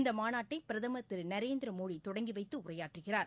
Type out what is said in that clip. இந்த மாநாட்டை பிரதமர் திரு நரேந்திரமோடி தொடங்கி வைத்து உரையாற்றுகிறார்